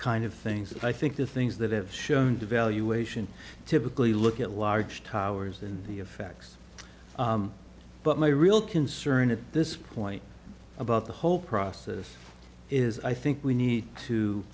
kind of things i think the things that have shown devaluation typically look at large towers and the effects but my real concern at this point about the whole process is i think we need to